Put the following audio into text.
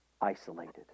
Isolated